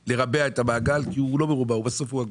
לרבע את המעגל, כי הוא לא מרובע; בסוף הוא עגול.